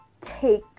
take